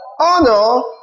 honor